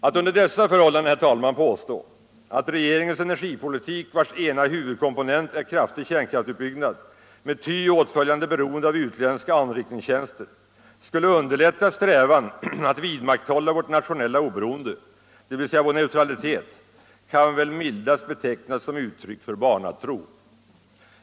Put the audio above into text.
: Att under dessa förhållanden påstå att regeringens energipolitik, vars ena huvudkomponent är kraftig kärnkraftutbyggnad med ty åtföljande beroende av utländska anrikningstjänster, skulle underlätta strävan att vidmakthålla vårt nationella oberoende, dvs. vår neutralitet, kan väl mildast betecknas som ett uttryck för barnatro.